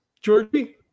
georgie